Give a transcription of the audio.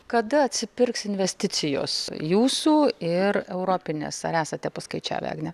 kada atsipirks investicijos jūsų ir europinės ar esate paskaičiavę agne